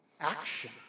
action